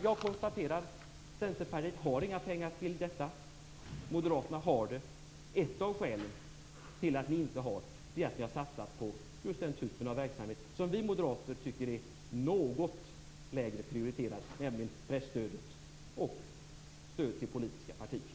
Jag konstaterar att Centerpartiet inte har några pengar till detta. Moderaterna har det. Ett av skälen till att Centerpartiet inte har det är att partiet satsat på just den typ av verksamhet som vi moderater tycker är något lägre prioriterad, nämligen presstödet och stödet till politiska partier.